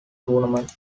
tournament